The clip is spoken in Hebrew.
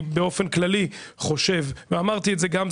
אני באופן כללי חושב ואמרתי את זה גם,